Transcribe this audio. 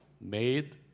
made